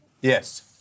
Yes